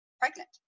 pregnant